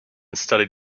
studied